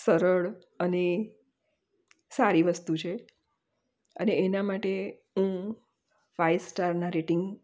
સરળ અને સારી વસ્તુ છે અને એના માટે હું ફાય સ્ટારના રેટિંગ